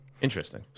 Interesting